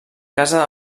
casa